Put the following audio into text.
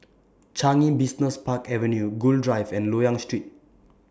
Changi Business Park Avenue Gul Drive and Loyang Street